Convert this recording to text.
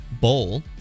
bowl